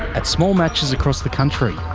at small matches across the country,